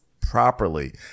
properly